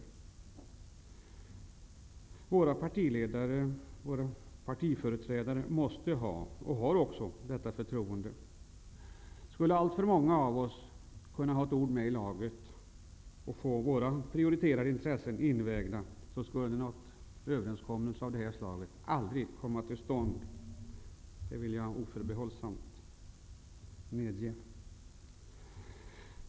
Men våra partiledare och partiföreträdare måste ha, och har också, förtroendet att göra det. Skulle alltför många av oss få ett ord med i laget och få sina prioriterade intressen invägda, skulle en överenskommelse av det här slaget aldrig ha kommit till stånd. Det vill jag oförbehållsamt medge.